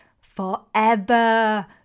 forever